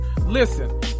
Listen